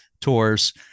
tours